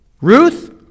Ruth